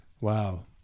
wow